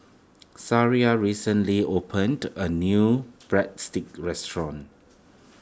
Sariah recently opened a new Breadsticks restaurant